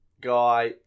guy